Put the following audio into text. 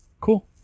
cool